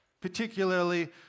particularly